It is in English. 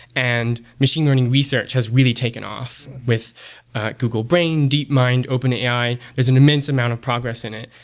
and machine learning research has really taken off with google brain, deepmind, openai. there's an immense amount of progress in it,